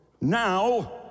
Now